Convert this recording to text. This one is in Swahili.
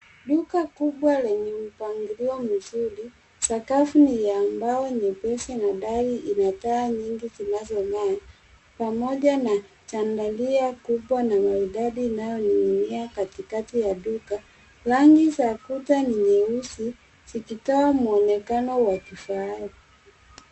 Duka kubwa lenye mpangilio mzuri ,sakafu ni ya mbao nyepesi na dari ina taa nyingi zinazong'aa, pamoja na chandaria kubwa na maridadi inayoning'inia katikati ya duka. Rangi za kuta ni nyeusi, zikitoa mwonekano wa kifahari.